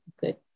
good